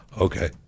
okay